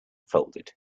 folded